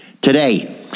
Today